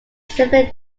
simpler